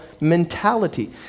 mentality